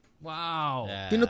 Wow